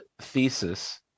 thesis